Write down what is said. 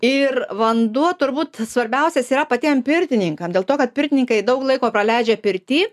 ir vanduo turbūt svarbiausias yra patiem pirtininkam dėl to kad pirtininkai daug laiko praleidžia pirty